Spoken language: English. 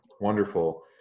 Wonderful